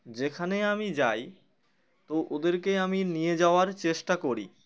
যেখানে আমি যাই তো ওদেরকে আমি নিয়ে যাওয়ার চেষ্টা করি